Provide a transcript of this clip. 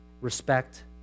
respect